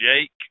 Jake